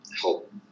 help